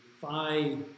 five